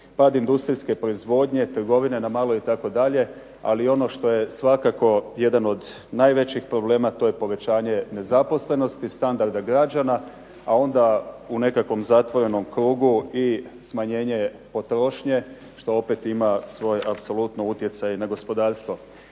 pad industrijske proizvodnje, trgovine na malo itd. Ali ono što je svakako jedan od najvećih problema to je povećanje nezaposlenosti, standarda građana a onda u nekakvom zatvorenom krugu i smanjenje potrošnje što opet ima svoj apsolutno utjecaj na gospodarstvo.